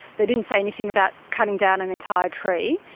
they didn't say anything about cutting down an entire tree.